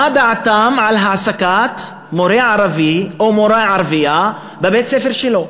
מה דעתם על העסקת מורה ערבי או מורה ערבייה בבית-הספר שלהם.